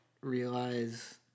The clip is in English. realize